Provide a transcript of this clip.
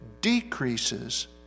decreases